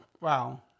Wow